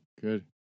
Good